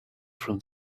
from